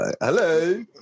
Hello